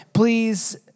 Please